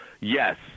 Yes